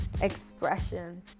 expression